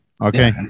Okay